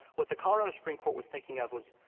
what the colorado supreme court was thinking of was